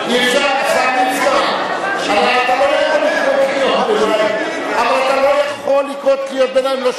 ליצמן, אבל אתה לא יכול לקרוא קריאות ביניים.